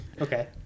Okay